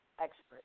expert